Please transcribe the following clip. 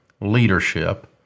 Leadership